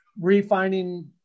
refining